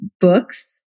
books